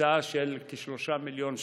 הקצאה של כ-3 מיליון ש"ח.